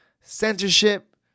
censorship